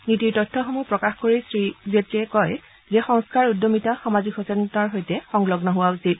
নীতিৰ তথ্যসমূহ প্ৰকাশ কৰি শ্ৰী জেটলীয়ে কয় যে সংস্থাৰ আৰু উদ্যমিতা সামাজিক সচেতনতাৰ সৈতে সংলগ্ন হোৱা উচিত